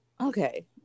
Okay